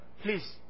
please